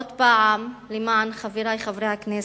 עוד פעם למען חברי חברי הכנסת,